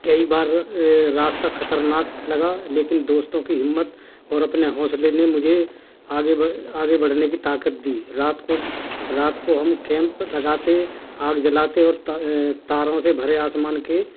کئی بار راستہ خطرناک لگا لیکن دوستوں کی ہمت اور اپنے حوصلے نے مجھے آگے بڑھ آگے بڑھنے کی طاقت دی رات کو رات کو ہم کیمپ لگاتے آگ جلاتے اور تاروں سے بھرے آسمان کے